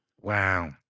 Wow